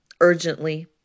urgently